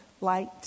light